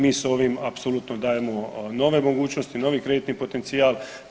Mi s ovim apsolutno dajemo nove mogućnosti, novi kreditni potencijal.